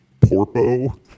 Porpo